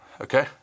okay